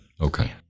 Okay